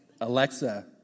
Alexa